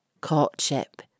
courtship